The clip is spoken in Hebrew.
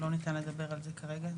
לא ניתן לדבר על זה כרגע.